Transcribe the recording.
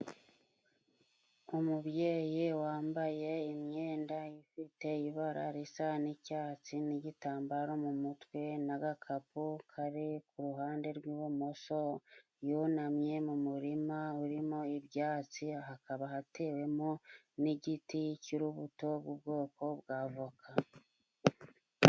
Umubyeyi wambaye imyenda ifite ibara risa n'icyatsi n'igitambaro mu mutwe n'agakapu kari ku ruhande rw'ibumoso ,yunamye mu murima urimo ibyatsi hakaba hatewemo n'igiti cy'urubuto rw'ubwoko bwa avoka.